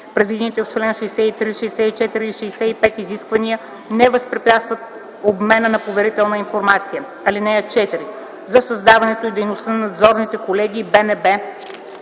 Предвидените в чл. 63, 64 и 65 изисквания не възпрепятстват обмена на поверителна информация. (4) За създаването и дейността на надзорните колегии БНБ